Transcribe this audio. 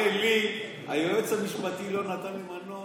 הרי לי היועץ המשפטי לא נתן למנות